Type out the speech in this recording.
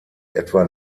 etwa